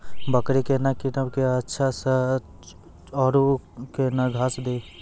बकरी केना कीनब केअचछ छ औरू के न घास दी?